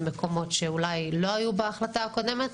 במקומות שאולי לא היו בהחלטה הקודמת,